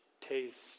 taste